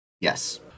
Yes